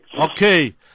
Okay